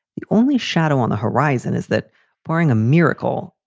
the only shadow on the horizon is that barring a miracle.